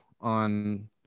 on